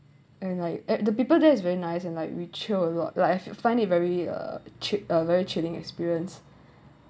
and like eh the people there is very nice and like we chill a lot like I I find it very uh chill uh very chilling experience